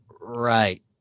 Right